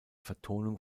vertonung